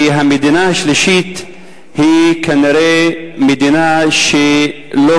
המדינה השלישית היא כנראה מדינה שלא